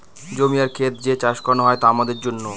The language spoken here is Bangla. জমি আর খেত যে চাষ করানো হয় তা আমাদের জন্য